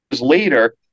later